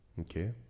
okay